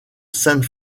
sainte